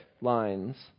lines